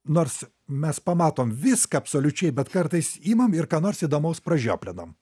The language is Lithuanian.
nors mes pamatom viską absoliučiai bet kartais imam ir ką nors įdomaus pražioplinam